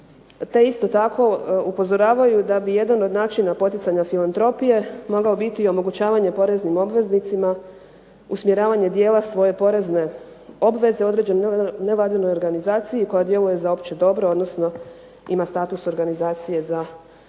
Te isto tako upozoravaju da bi jedan od načina poticanja filantropije moglo biti omogućavanje poreznim obveznicima usmjeravanje dijela svoje porezne obveze određenoj nevladinoj organizaciji koja djeluje za opće dobro odnosno ima status organizacije za opće